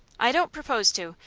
i don't propose to.